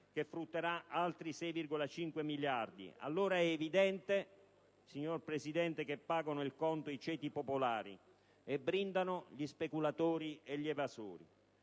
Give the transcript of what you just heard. che frutterà altri 6,5 miliardi, allora è evidente, signor Presidente, che pagano il conto i ceti popolari e brindano gli speculatori e gli evasori.